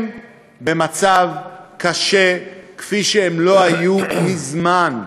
הם במצב קשה כפי שהם לא היו מזמן.